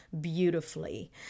beautifully